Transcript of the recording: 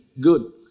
Good